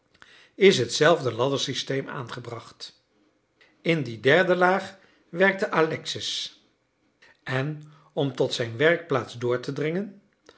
is hetzelfde laddersysteem aangebracht in die derde laag werkte alexis en om tot zijn werkplaats door te dringen